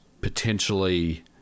potentially